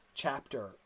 Chapter